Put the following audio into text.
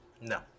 No